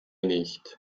nicht